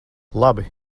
labi